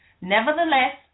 Nevertheless